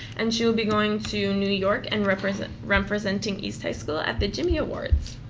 and she will be going to new york and representing representing east high school at the jimmy awards.